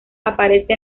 aparece